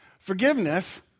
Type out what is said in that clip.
Forgiveness